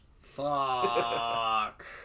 Fuck